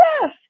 yes